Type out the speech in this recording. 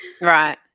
right